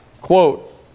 Quote